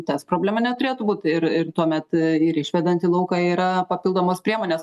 tas problema neturėtų būt ir ir tuomet ir išvedant į lauką yra papildomos priemonės